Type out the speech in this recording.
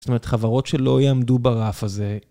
זאת אומרת חברות שלא יעמדו ברף הזה.